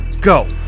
Go